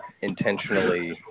intentionally